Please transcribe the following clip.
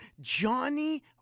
Johnny